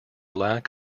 lack